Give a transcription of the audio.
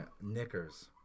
knickers